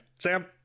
Sam